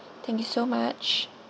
thank you so much